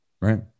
Right